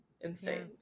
insane